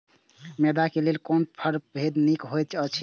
Mentha क लेल कोन परभेद निक होयत अछि?